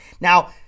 Now